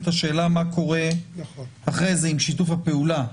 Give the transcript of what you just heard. השאלה מה קורה אחרי זה עם שיתוף הפעולה,